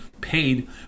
paid